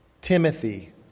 Timothy